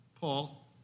Paul